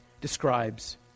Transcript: describes